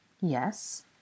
Yes